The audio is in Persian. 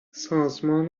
سازمان